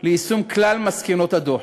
ליישום כלל מסקנות הדוח,